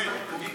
כן.